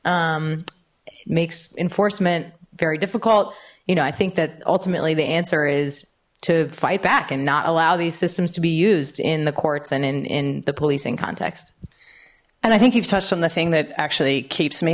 racialized makes enforcement very difficult you know i think that ultimately the answer is to fight back and not allow these systems to be used in the courts and in in the policing context and i think you've touched them the thing that actually keeps me